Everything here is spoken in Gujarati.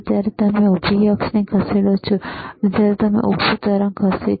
જ્યારે તમે ઊભી અક્ષને ખસેડો છો ત્યારે ઉભુ તરંગ ખસે છે